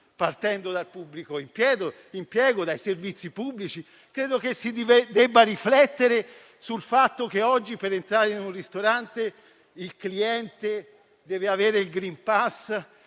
partendo dal pubblico impiego, dai servizi pubblici. Credo che si debba riflettere sul fatto che oggi per entrare in un ristorante il cliente deve avere il *green pass*